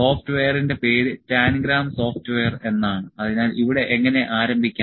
സോഫ്റ്റ്വെയറിന്റെ പേര് Tangram software എന്നാണ് അതിനാൽ ഇവിടെ എങ്ങനെ ആരംഭിക്കാം